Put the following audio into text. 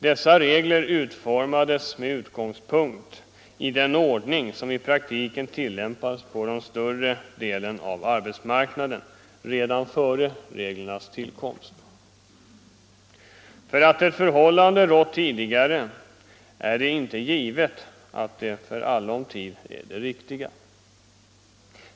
Dessa regler utformades med utgångspunkt i den ordning som i praktiken tillämpades på större delen av arbetsmarknaden redan före reglernas tillkomst. För att ett förhållande rått tidigare, är det inte givet att det för alltid är det riktiga.